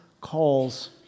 calls